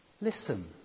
Listen